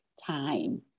time